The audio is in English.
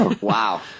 Wow